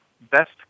best